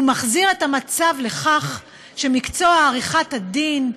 הוא מחזיר את המצב לכך שמקצוע עריכת הדין,